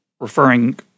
referring